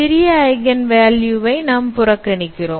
சிறிய eigen value வை நம் புறக்கணிக்கிறோம்